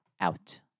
out